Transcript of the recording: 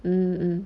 mm mm